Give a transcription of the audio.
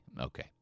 okay